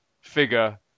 figure